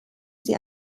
sie